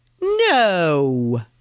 No